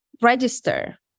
register